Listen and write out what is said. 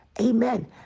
amen